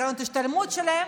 מקרנות השתלמות שלהם.